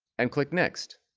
and click next